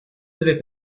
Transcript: deve